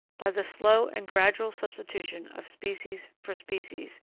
by the slow and gradual substitution of species for species,